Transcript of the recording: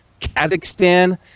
Kazakhstan